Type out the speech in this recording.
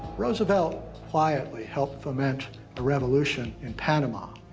roosevelt quietly helped foment a revolution in panama,